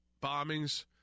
bombings